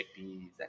chickpeas